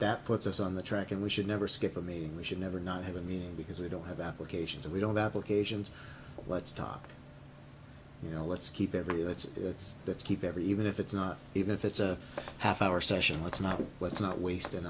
that puts us on the track and we should never skip a meeting we should never not have a meaning because we don't have applications or we don't applications let's talk you know let's keep it new it's it's that's keep every even if it's not even if it's a half hour session let's not let's not waste an